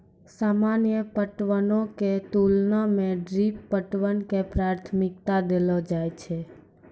सामान्य पटवनो के तुलना मे ड्रिप पटवन के प्राथमिकता देलो जाय छै